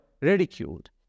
ridiculed